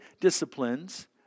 disciplines